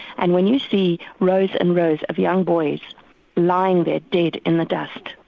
and when you see rows and rows of young boys lying there dead in the dust,